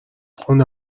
خونه